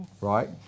right